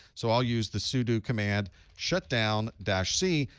so i'll use the sudo command shutdown dash c,